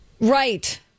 right